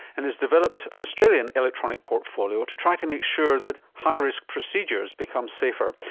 and has developed an australian electronic portfolio to try to make sure that high risk procedures become safer.